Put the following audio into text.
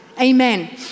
Amen